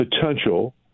potential